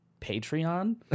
Patreon